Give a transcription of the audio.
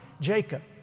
Jacob